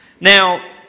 Now